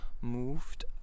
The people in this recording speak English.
moved